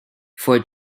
for